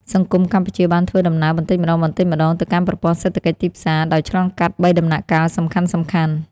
សង្គមកម្ពុជាបានធ្វើដំណើរបន្តិចម្តងៗទៅកាន់ប្រព័ន្ធសេដ្ឋកិច្ចទីផ្សារ ដោយឆ្លងកាត់បីដំណាក់កាលសំខាន់ៗ។